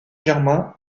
germain